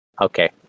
Okay